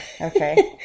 Okay